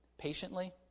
patiently